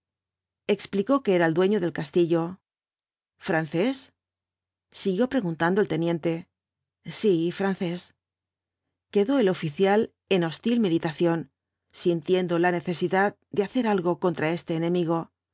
explicó que era el dueño del castillo francés siguió preguntando el teniente sí francés quedó el oficial en hostil meditación sintiendo la necesidad de hacer algo contra este enemigo